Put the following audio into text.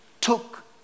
took